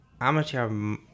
amateur